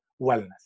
wellness